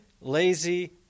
lazy